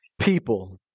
people